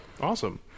Awesome